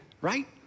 right